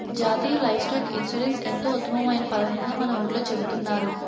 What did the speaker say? జాతీయ live stock insurance ఎంతో ఉత్తమమైన పదకంగా మన ఊర్లో చెబుతున్నారు